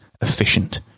efficient